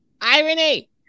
irony